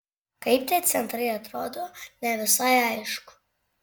kaip tie centrai atrodo ne visai aišku